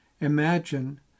Imagine